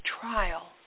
trial